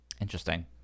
Interesting